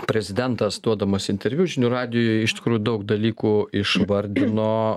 prezidentas duodamas interviu žinių radijui iš tikrųjų daug dalykų išvardino